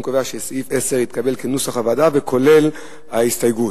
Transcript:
אני קובע שסעיף 10 התקבל כנוסח הוועדה וכולל ההסתייגות.